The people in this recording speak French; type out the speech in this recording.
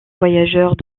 voyageurs